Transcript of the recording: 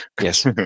yes